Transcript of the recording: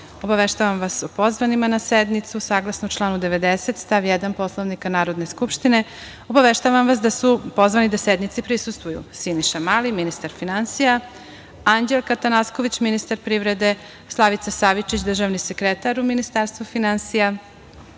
GRAĐANAObaveštavam vas o pozvanima na sednicu. Saglasno članu 90. stav 1. Poslovnika Narodne skupštine, obaveštavam vas da su pozvani da sednici prisustvuju: Siniša Mali, ministar finansija; Anđelka Atanasković, ministar privrede; Slavica Savičić, državni sekretar u Ministarstvu finansija;